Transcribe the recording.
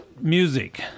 Music